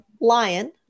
lion